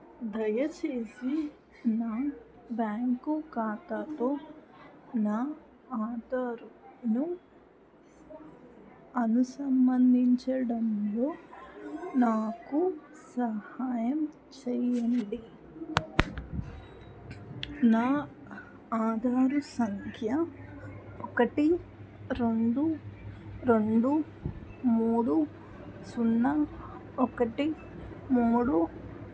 దయచేసి నా బ్యాంకు ఖాతాతో నా ఆధార్ను అనుసంబంధించడంలో నాకు సహాయం చేయండి నా ఆధారు సంఖ్య ఒకటి రెండు రెండు మూడు సున్నా ఒకటి మూడు